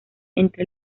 entre